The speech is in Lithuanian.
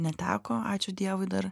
neteko ačiū dievui dar